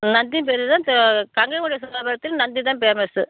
நந்தி கங்கை கொண்ட சோலபுரத்தில் நந்தி தான் பேமஸு